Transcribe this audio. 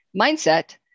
Mindset